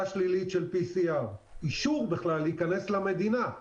שלילית של PCR ואישור בכלל להיכנס למדינה.